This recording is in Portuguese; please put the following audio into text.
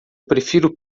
prefiro